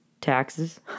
taxes